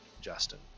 Justin